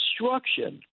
instruction